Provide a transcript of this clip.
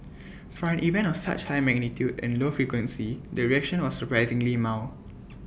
for an event of such high magnitude and low frequency the reaction was surprisingly mild